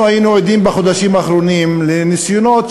אנחנו היינו עדים בחודשים האחרונים לניסיונות,